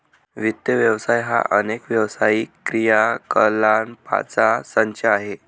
वित्त व्यवसाय हा अनेक व्यावसायिक क्रियाकलापांचा संच आहे